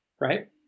Right